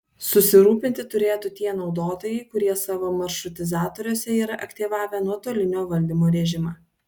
susirūpinti turėtų tie naudotojai kurie savo maršrutizatoriuose yra aktyvavę nuotolinio valdymo režimą